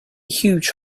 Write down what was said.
huge